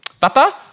Tata